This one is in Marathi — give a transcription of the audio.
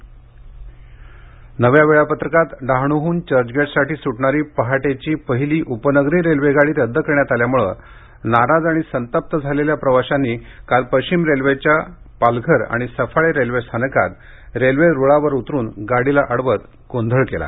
रेल्वे वेळापत्रक नव्या वेळापत्रकात डहाणुहून चर्चगेटसाठी सुटणारी पहाटेची पहिली उपनगरी रेल्वेगाडी रद्द करण्यात आल्यामुळे नाराज आणि संतप्त प्रवाशांनी काल पश्चिम रेल्वेच्या प्रवाशांनी पालघर आणि सफाळे रेल्वे स्थानकात रेल्वे रुळावर उतरून गाडीला अडवत गोंधळ केला